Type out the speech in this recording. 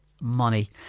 money